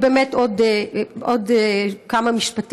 בעיניי,